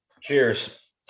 Cheers